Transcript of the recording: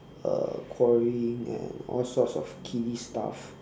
uh quarrelling and all sorts of kiddy stuff